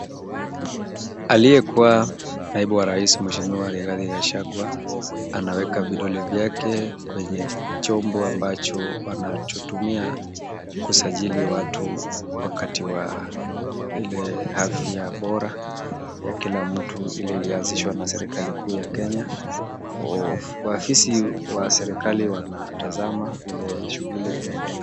Aliyekuwa wa naibu wa rais mweshimiwa Rigathi Gachagua, anaweka vidole vyake kwenye chombo ambacho wachotumia kusajili watu wakati wa ile afya bora ya kila mtu ile ilianzishwa na serikali kuu ya Kenya, afisi wa serikali wanatazama vile shughuli unaendelea.